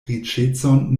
riĉecon